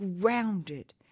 grounded